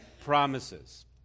promises